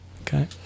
Okay